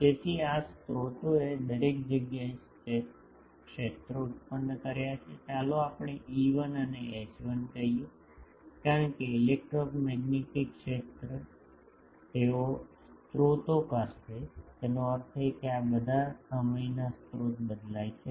તેથી આ સ્રોતોએ દરેક જગ્યાએ ક્ષેત્રો ઉત્પન્ન કર્યા છે ચાલો આપણે E1 અને H1 કહીએ કારણ કે ઇલેક્ટ્રોમેગ્નેટિક ક્ષેત્ર તેઓ સ્ત્રોત કરશે તેનો અર્થ છે કે આ બધા સમયના સ્રોત બદલાય છે